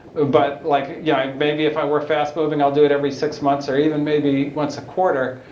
but like yeah, maybe if i were fast moving i'll do it ever six months or even maybe once a quarter.